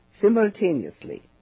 simultaneously